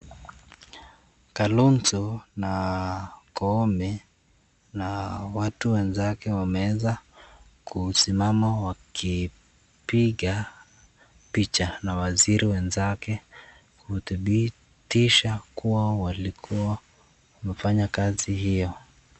Kalonzo na Koome na watu wenzake wameeza kusimama wakipiga picha na waziri wenzake kudhibitisha kua walikua wamefanya kazi hio.